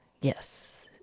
Yes